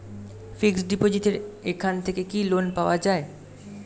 Fix ডিপোজিটের এখান থেকে কি লোন পাওয়া যায়?